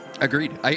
agreed